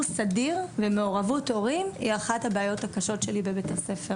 סדיר ומעורבות הורים היא אחת הבעיות הקשות שלי בבית הספר